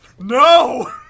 No